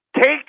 take